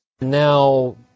Now